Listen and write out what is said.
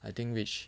I think which